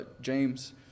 James